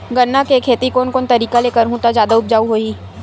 गन्ना के खेती कोन कोन तरीका ले करहु त जादा उपजाऊ होही?